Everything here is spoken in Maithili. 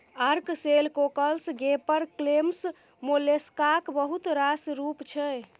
ark shell, cockles, gaper clams मोलेस्काक बहुत रास रुप छै